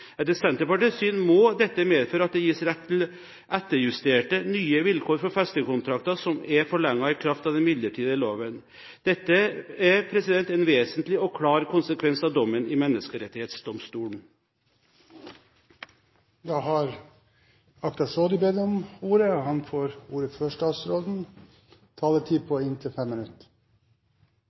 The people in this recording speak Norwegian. Etter Senterpartiets syn må dette medføre at det gis rett til etterjusterte nye vilkår for festekontrakter som er forlenget i kraft av den midlertidige loven. Dette er en vesentlig og klar konsekvens av dommen i Menneskerettighetsdomstolen.